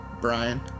Brian